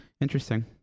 Interesting